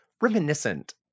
reminiscent